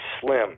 slim